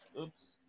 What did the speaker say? Oops